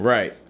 Right